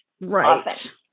Right